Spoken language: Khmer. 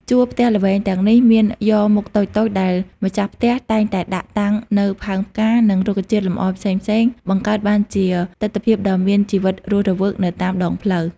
ជួរផ្ទះល្វែងទាំងនេះមានយ៉រមុខតូចៗ ដែលម្ចាស់ផ្ទះតែងតែដាក់តាំងនូវផើងផ្កា និងរុក្ខជាតិលម្អផ្សេងៗ បង្កើតបានជាទិដ្ឋភាពដ៏មានជីវិតរស់វើកនៅតាមដងផ្លូវ។